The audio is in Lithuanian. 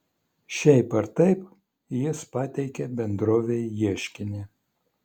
šiaip ar taip jis pateikė bendrovei ieškinį